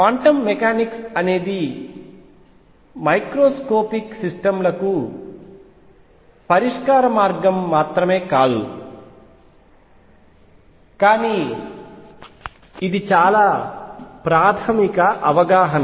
quantum mechanics అనేది microscopic system లకు పరిష్కార మార్గం మాత్రమే కాదు కానీ ఇది చాలా ప్రాథమిక అవగాహన